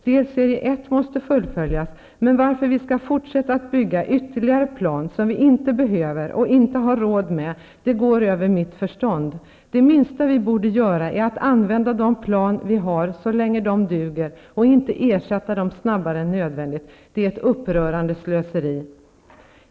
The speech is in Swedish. Delserie 1 måste fullföljas, men varför vi skall fortsätta att bygga ytterligare plan som vi inte behöver och inte har råd med går över mitt förstånd. Det minsta vi borde göra är att använda de plan vi har så länge de duger och inte ersätta dem snabbare än nödvändigt. Det är ett upprörande slöseri!